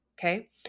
Okay